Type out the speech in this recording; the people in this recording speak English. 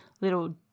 little